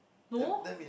no